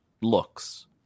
looks